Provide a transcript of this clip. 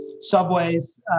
subways